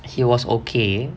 he was okay